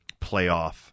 playoff